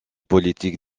politique